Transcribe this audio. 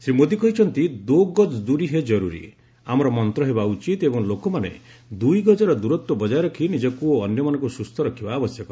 ଶ୍ରୀ ମୋଦି କହିଛନ୍ତି 'ଦୋ ଗଜ୍ ଦୂରୀ ହେ ଜରୁରୀ' ଆମର ମନ୍ତ ହେବା ଉଚିତ ଏବଂ ଲୋକମାନେ ଦୁଇ ଗଜର ଦୂରତ୍ୱ ବଜାୟ ରଖି ନିଜକୁ ଓ ଅନ୍ୟମାନଙ୍କୁ ସୁସ୍ଥ ରଖିବା ଆବଶ୍ୟକ